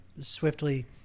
swiftly